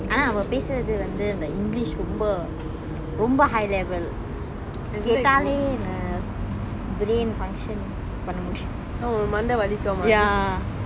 ஆனா அவ பேசுறது வந்து இந்த:aana ava pesurathu vanthu intha english ரொம்ப ரொம்ப:romba romba high level கேட்டாலேனு:kettalenu brain function பண்ண முடியு:panna mudiyu ya